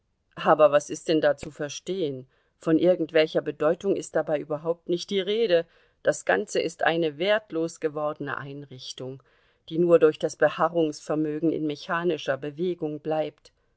aber was ist denn da zu verstehen von irgendwelcher bedeutung ist dabei überhaupt nicht die rede das ganze ist eine wertlos gewordene einrichtung die nur durch das beharrungsvermögen in mechanischer bewegung bleibt